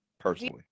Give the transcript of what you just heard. personally